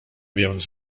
więc